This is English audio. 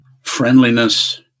friendliness